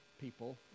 people